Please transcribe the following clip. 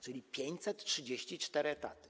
czyli 534 etaty.